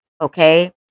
Okay